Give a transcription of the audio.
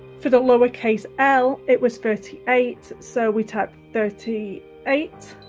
for the lowercase l it was thirty eight, so we took thirty eight